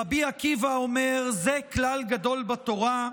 רבי עקיבא אומר: "זה כלל גדול בתורה",